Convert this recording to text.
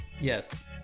Yes